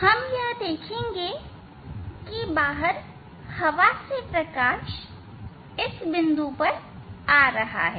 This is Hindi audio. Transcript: हम यह देखेंगे कि बाहर हवा से प्रकाश इस बिंदु पर आ रहा है